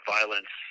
Violence